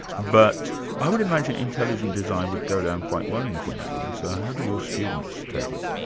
but i would imagine intelligent design would go down quite well in queensland, so how do your students take it,